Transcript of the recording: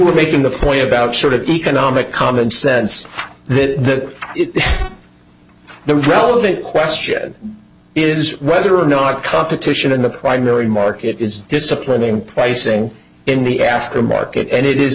were making the point about sort of economic common sense that the relevant question is whether or not competition in the primary market is disciplining pricing in the aftermarket and it is